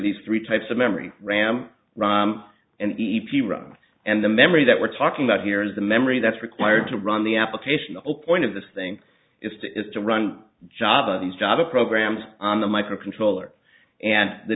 these three types of memory ram and the e p run and the memory that we're talking about here is a memory that's required to run the application the whole point of this thing is to is to run job of these java programs on the microcontroller and the